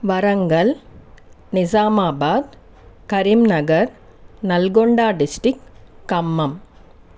Warangal Nizamabad Karimnagar Nalgonda district Khammam